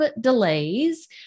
delays